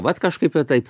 vat kažkaip tai